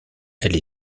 elle